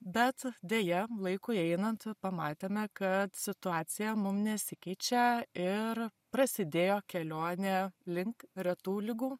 bet deja laikui einant pamatėme kad situacija mum nesikeičia ir prasidėjo kelionė link retų ligų